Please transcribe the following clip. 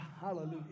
Hallelujah